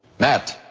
matt.